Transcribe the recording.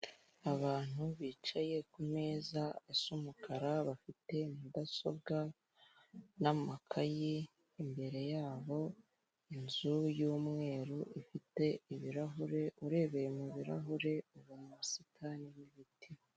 Abantu bicaye kumeza asa umukara, bafite mudasobwa, n'amakaye, imbere yabo inzu y'umweru ifite ibirahure, urebeye mu birahure, ubona ubusitani n'ibiti.